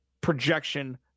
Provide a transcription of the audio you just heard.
projection